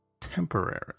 temporary